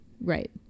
right